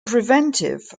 preventive